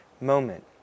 moment